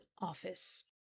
office